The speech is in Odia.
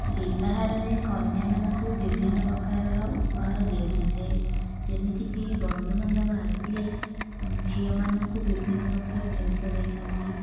ବିଭାଘରରେ କନ୍ୟା ମାନଙ୍କୁ ବିଭିନ୍ନ ପ୍ରକାରର ଉପହାର ଦିଆଯାଇଥାଏ ଯେମିତିକି ବନ୍ଧୁ ବାନ୍ଧବ ଆସିଲେ ଝିଅ ମାନଙ୍କୁ ବିଭିନ୍ନ ପ୍ରକାରର ଜିନିଷ ଦେଇଛନ୍ତି